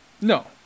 no